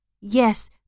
Yes